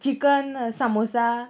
chicken samosa